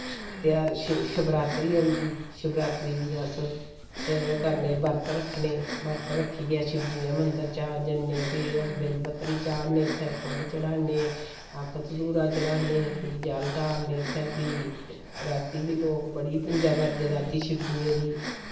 त्यहार शिवरात्री औंदी शिवरात्री गी अस ओह् करने बरत रक्खने बरत रक्खियै शिवजियै मन्दर जन्ने फ्ही अस बिल पत्तरी चाढ़ने उत्थै फुल्ल चढ़ाने अक्क धतूरा चढ़ाने फ्ही जल ढालने उत्थें फ्ही रातीं बी लोग बड़ी पूजा करदे रातीं शिवजी दी